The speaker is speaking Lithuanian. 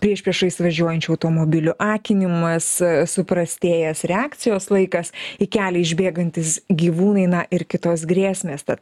priešpriešiais važiuojančių automobilių akinimas suprastėjęs reakcijos laikas į kelią išbėgantys gyvūnai na ir kitos grėsmės tad